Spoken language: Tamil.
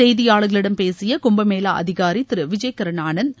செய்தியாளர்களிடம் பேசிய கும்பமேளா அதிகாரி திரு விஜய்கிரண் ஆனந்த்